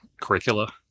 curricula